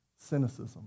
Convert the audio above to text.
cynicism